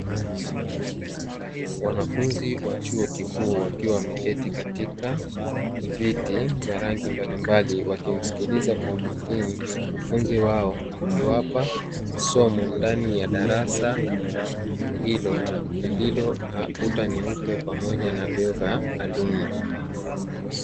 Kundi la vijana wa kiume wenye ujuzi wa kimakinikia katika moja ya gari lililoharibika wakifanya matengenezo na kujifunza zaidi kwa vitendo.